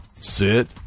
Sit